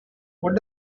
what